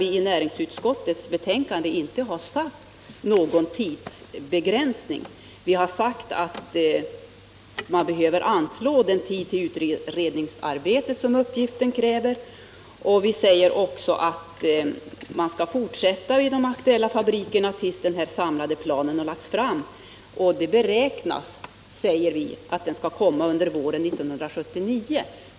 I näringsutskottets betänkande har vi inte satt någon tidsbegränsning. Vi har sagt att man får anslå den tid till utredningsarbete som uppgiften kräver, och vi säger även att arbetet i de aktuella fabrikerna skall fortsätta tills den samlade planen lagts fram. Den beräknas, säger vi, komma under våren 1979.